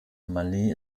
malé